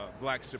black